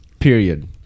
period